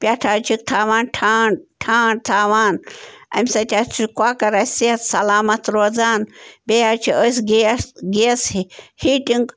پٮ۪ٹھٕ حظ چھِکھ تھاوان ٹھانٛڈ ٹھانٛڈ تھاوان اَمہِ سۭتۍ حظ چھِ کۄکَر اَسہِ صحت سلامَت روزان بیٚیہِ حظ چھِ أسۍ گیس گیس ہیٖٹِنٛگ